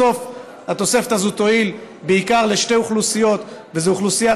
בסוף התוספת הזו תועיל בעיקר לשתי אוכלוסיות: אוכלוסיית